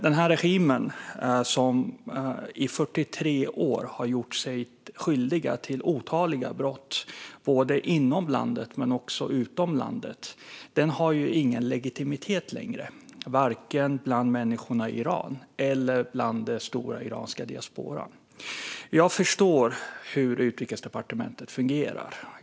Denna regim, som i 43 år har gjort sig skyldig till otaliga brott både inom och utom landet, har inte längre någon legitimitet vare sig bland människorna i Iran eller bland den stora iranska diasporan. Jag förstår hur Utrikesdepartementet fungerar.